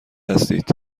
هستید